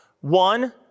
One